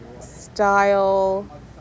style